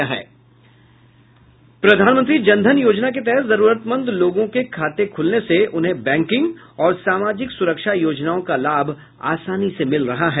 प्रधानमंत्री जनधन योजना के तहत जरुरतमंद लोगों के खाते खूलने से उन्हें बैंकिंग और सामाजिक स्रक्षा योजनाओं का लाभ आसानी से मिल रहा है